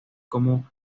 como